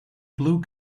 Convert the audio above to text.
blue